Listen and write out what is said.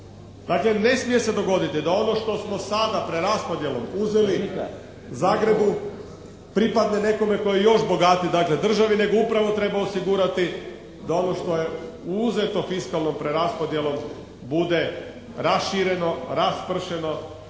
Dakle ne smije se dogoditi da ono što smo sada preraspodjelom uzeli Zagrebu, pripadne nekome tko je još bogatiji, dakle državi nego upravo treba osigurati da ono što je uzeto fiskalnom preraspodjelom bude rašireno, raspršeno,